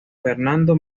fernando